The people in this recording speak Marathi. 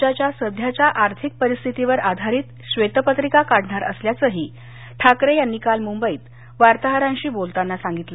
राज्याच्या सध्याच्या आर्थिक परिस्थितीवर आधारित श्वेतपत्रिका काढणार असल्याचंही ठाकरे यांनी काल मुंबईत वार्ताहरांशी बोलताना सांगितलं